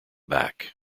back